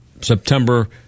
september